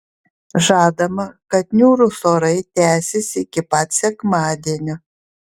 žadama kad niūrūs orai tęsis iki pat sekmadienio